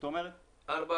הבנו.